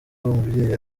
umubyeyi